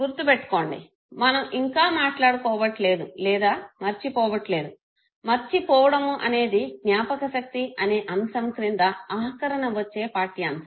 గుర్తుపెట్టుకోండి మనము ఇంకా మాట్లాడుకోవట్లేదు లేదా మర్చిపోవట్లేదు మర్చి పోవడము అనేది జ్ఞాపకశక్తి అనే అంశం క్రింద ఆఖరన వచ్చే పాఠ్యాంశము